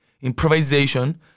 Improvisation